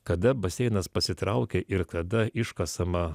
kada baseinas pasitraukia ir kada iškasama